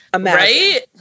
Right